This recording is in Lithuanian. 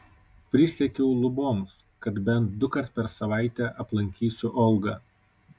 prisiekiau luboms kad bent dukart per savaitę aplankysiu olgą